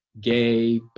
gay